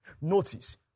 Notice